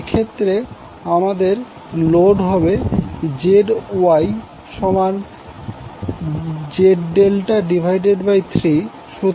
এক্ষেত্রে আমাদের লোড হবে ZYZ∆3